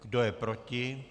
Kdo je proti?